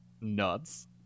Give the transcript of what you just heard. Nuts